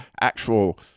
actual